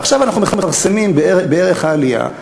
ועכשיו אנחנו מכרסמים בערך העלייה,